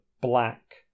black